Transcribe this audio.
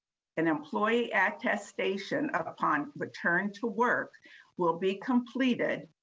an employee at test station upon return to work will be completed,